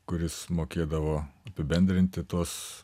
kuris mokėdavo apibendrinti tuos